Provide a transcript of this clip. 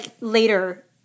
later